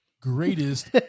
greatest